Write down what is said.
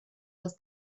was